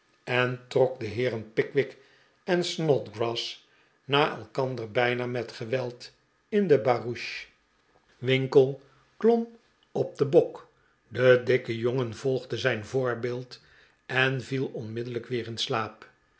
actie trok de heeren pickwick en snodgrass na elkander bijna met geweld in de barouche winkle klom op den bok de dikke jongen volgde zijn voorbeeld en viel dnmiddellijk weer in slaap